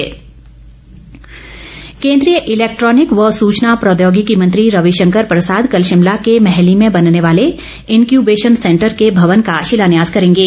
रवि शंकर केन्द्रीय इलेक्ट्रॉनिक व सूचना प्रौद्योगिकी मंत्री रविशंकर प्रसाद कल शिमला के मैहली में बनने वाले इन्क्यूबेशन सेंटर के भवन का शिलान्यास करेंगे